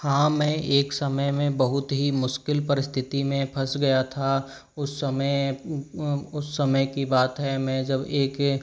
हाँ मैं एक समय में बहुत ही मुश्किल परिस्थिति में फंस गया था उस समय उस समय कि बात है मैं जब एक